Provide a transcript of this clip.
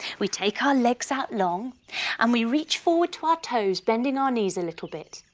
we take our legs out long and we reach forward to our toes, bending our knees a little bit.